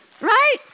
right